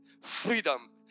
freedom